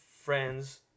friend's